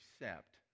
accept